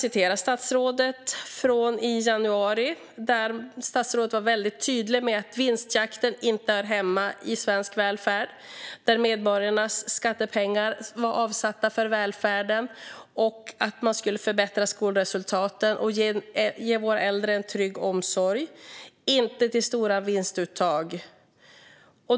I januari var statsrådet väldigt tydlig med att vinstjakt inte hör hemma i svensk välfärd och att medborgarnas skattepengar har avsatts för välfärden - för att förbättra skolresultaten och ge våra äldre en trygg omsorg - inte för stora vinstuttag.